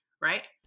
right